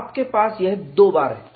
तो आपके पास यह दो बार है